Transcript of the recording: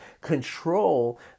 control